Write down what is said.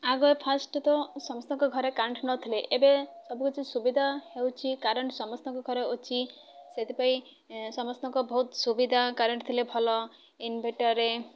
ଆଗ ଫାଷ୍ଟ ତ ସମସ୍ତଙ୍କ ଘରେ କରେଣ୍ଟ ନଥିଲେ ଏବେ ସବୁକିଛି ସୁବିଧା ହେଉଛି କରେଣ୍ଟ ସମସ୍ତଙ୍କ ଘରେ ଅଛି ସେଥିପାଇଁ ସମସ୍ତଙ୍କ ବହୁତ ସୁବିଧା କରେଣ୍ଟ ଥିଲେ ଭଲ ଇନଭଟରରେ